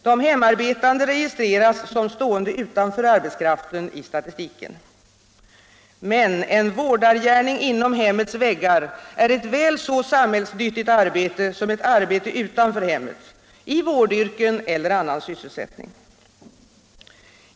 De hemarbetande registreras i statistiken som stående utanför arbetskraften. Men en vårdargärning inom hemmets väggar är ett väl så samhällsnyttigt arbete som ett arbete utanför hemmet, i vårdyrken eller annan sysselsättning.